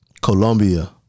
Colombia